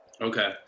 Okay